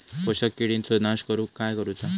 शोषक किडींचो नाश करूक काय करुचा?